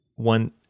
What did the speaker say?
one